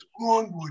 Longwood